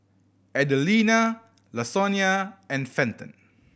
Adelina Lasonya and Fenton